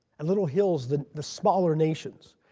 a little hill is the the smaller nations.